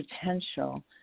potential